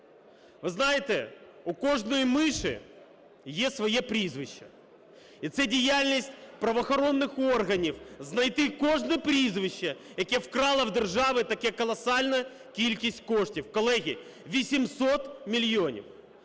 Ви знаєте, у кожної миші є своє прізвище. І це діяльність правоохоронних органів - знайти кожне прізвище, яке вкрало у держави таку колосальну кількість коштів. Колеги, 800 мільйонів!